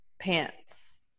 pants